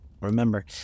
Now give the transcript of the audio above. Remember